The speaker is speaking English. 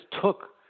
took